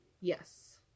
Yes